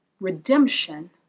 redemption